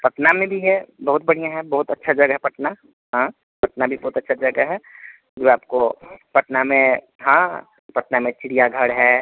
पटना में भी है बहुत बढ़िया है बहुत अच्छा जगह है पटना हाँ पटना भी बहुत अच्छा जगह है जो आपको पटना में हाँ पटना में चिड़ियाघर है